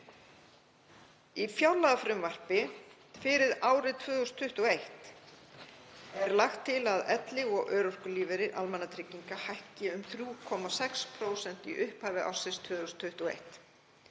Í fjárlagafrumvarpi fyrir árið 2021 er lagt til að elli- og örorkulífeyrir almannatrygginga hækki um 3,6% í upphafi ársins 2021.